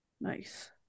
nice